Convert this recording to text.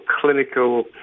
clinical